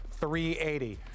380